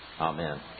Amen